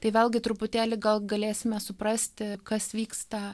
tai vėlgi truputėlį gal galėsime suprasti kas vyksta